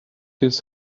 his